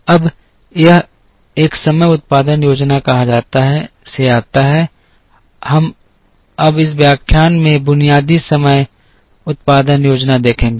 अब यह एक समग्र उत्पादन योजना कहा जाता है से आता है हम अब इस व्याख्यान में बुनियादी समग्र उत्पादन योजना देखेंगे